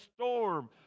storm